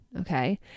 okay